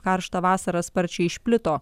karštą vasarą sparčiai išplito